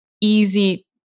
easy